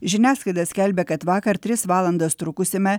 žiniasklaida skelbia kad vakar tris valandas trukusiame